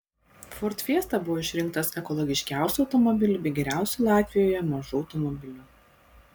ford fiesta buvo išrinktas ekologiškiausiu automobiliu bei geriausiu latvijoje mažu automobiliu